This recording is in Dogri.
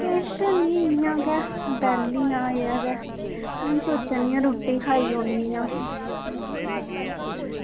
किश निं इ'यां गै बेह्ली आं अजें ते हून सोचा नी आं रुट्टी खाई ओड़नी आं